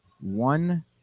one